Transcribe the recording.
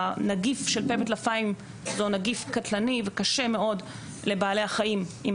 הנגיף של פה וטלפיים הוא נגיף קטלני וקשה מאוד לבעלי חיים עם